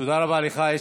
תודה רבה לך.